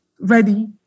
ready